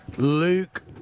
Luke